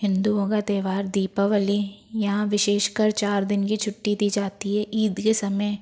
हिन्दूओं का त्यौहार दीपावली यहाँ विशेष कर चार दिन की छुट्टी दी जाती है ईद के समय